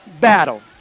battle